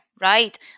right